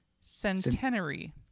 centenary